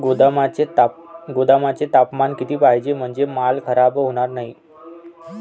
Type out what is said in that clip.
गोदामाचे तापमान किती पाहिजे? म्हणजे माल खराब होणार नाही?